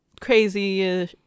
crazy